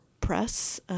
press